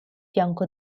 fianco